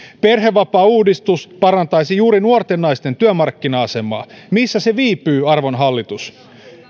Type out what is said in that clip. perhevapaauudistus parantaisi juuri nuorten naisten työmarkkina asemaa missä se viipyy arvon hallitus